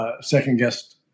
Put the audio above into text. second-guessed